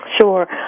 sure